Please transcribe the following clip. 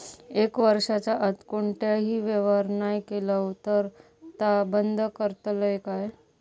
एक वर्षाच्या आत कोणतोही व्यवहार नाय केलो तर ता बंद करतले काय?